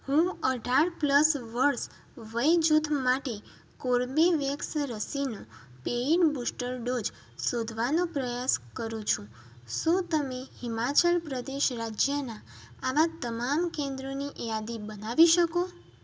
હું અઢાર પ્લસ વર્ષ વયજૂથ માટે કોર્બીવેક્સ રસીનો પેઈન બુસ્ટર ડોઝ શોધવાનો પ્રયાસ કરું છું શું તમે હિમાચલ પ્રદેશ રાજ્યનાં આવાં તમામ કેન્દ્રોની યાદી બનાવી શકો